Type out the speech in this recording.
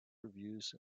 reviews